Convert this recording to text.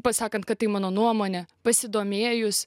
pasakant kad tai mano nuomonė pasidomėjus